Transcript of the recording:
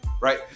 right